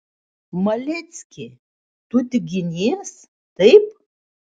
malecki tu tik ginies taip